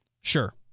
Sure